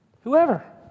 Whoever